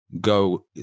go